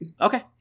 okay